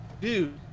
dude